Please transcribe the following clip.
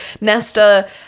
Nesta